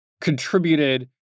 contributed